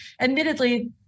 admittedly